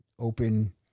Open